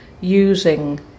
using